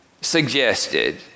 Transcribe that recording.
suggested